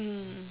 mm